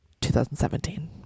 2017